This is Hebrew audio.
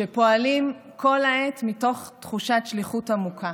שפועלים כל העת מתוך תחושת שליחות עמוקה,